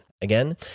Again